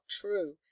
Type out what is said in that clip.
true